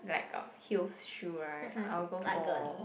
like got heels shoe right I'll go for